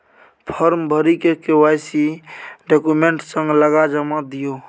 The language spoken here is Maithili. फार्म भरि के.वाइ.सी डाक्यूमेंट संग लगा जमा दियौ